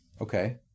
Okay